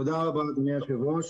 תודה רבה, אדוני היושב-ראש.